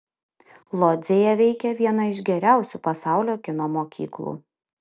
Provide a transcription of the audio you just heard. lodzėje veikia viena iš geriausių pasaulio kino mokyklų